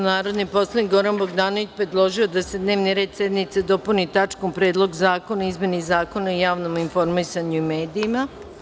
Narodni poslanik Goran Bogdanović predložio je da se dnevni red sednice dopuni tačkom – Predlog zakona o izmeni Zakona o javnom informisanju i medijima.